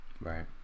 right